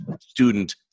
student